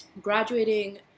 graduating